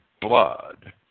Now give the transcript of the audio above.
blood